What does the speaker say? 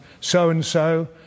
so-and-so